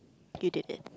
you did it